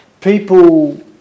people